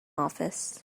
office